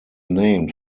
named